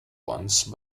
once